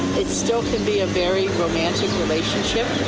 it still can be a very romantic relationship.